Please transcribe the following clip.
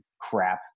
crap